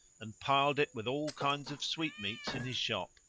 and piled it with all kinds of sweetmeats in his shop,